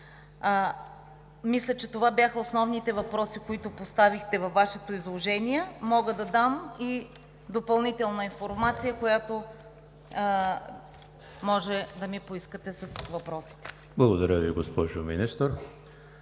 Мисля, че това бяха основните въпроси, които поставихте във Вашето изложение. Мога да дам и допълнителна информация, която може да ми поискате с въпросите. ПРЕДСЕДАТЕЛ ЕМИЛ ХРИСТОВ: